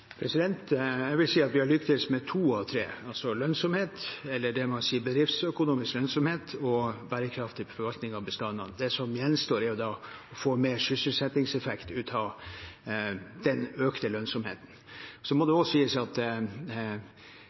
Jeg vil si at vi har lyktes med to av tre: lønnsomhet – eller bedriftsøkonomisk lønnsomhet, som man sier – og bærekraftig forvaltning av bestandene. Det som gjenstår, er å få mer sysselsettingseffekt ut av den økte lønnsomheten. Så må det også sies at